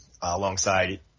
alongside